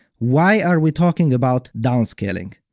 why are we talking about downscaling?